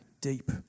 deep